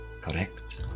correct